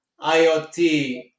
IoT